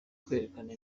kwerekana